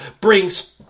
brings